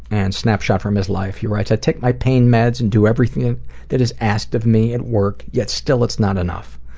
and snapshot from his life, he writes i take my pain meds and do everything that is asked of me at work, yet still it's not enough.